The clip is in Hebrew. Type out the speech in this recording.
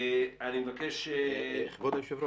כבוד היושב-ראש,